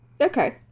Okay